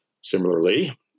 Similarly